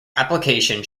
application